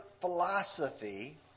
philosophy